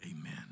Amen